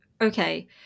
Okay